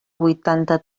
vuitanta